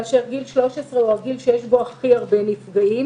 כאשר גיל 13 הוא הגיל שיש בו הכי הרבה נפגעים.